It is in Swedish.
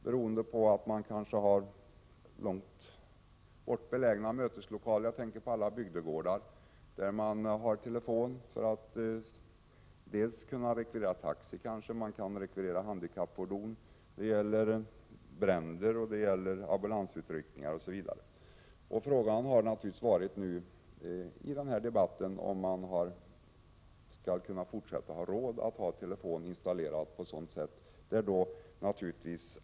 Det kan bero på att man kanske har avlägset belägna möteslokaler — jag tänker på alla bygdegårdar, där man har telefon för att kunna rekvirera taxi, handikappfordon, brandkår, ambulans osv. Frågan i den här debatten har naturligtvis varit om man i fortsättningen kommer att ha råd att ha telefon installerad av detta skäl.